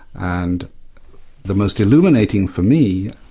and the most illuminating for me,